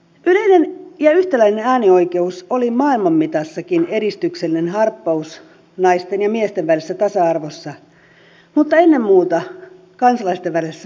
yleinen ja yhtäläinen äänioikeus oli maailman mitassakin edistyksellinen harppaus naisten ja miesten välisessä tasa arvossa mutta ennen muuta kansalaisten välisessä yhdenvertaisuudessa